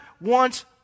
wants